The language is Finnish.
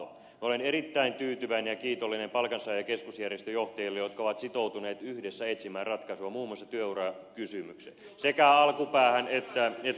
minä olen erittäin tyytyväinen ja kiitollinen palkansaaja ja keskusjärjestöjohtajille jotka ovat sitoutuneet yhdessä etsimään ratkaisua muun muassa työurakysymykseen sekä alkupäähän että loppupäähän